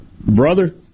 brother